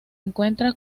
encuentra